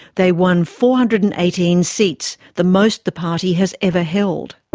they won four hundred and eighteen seats, the most the party has ever held.